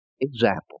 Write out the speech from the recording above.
example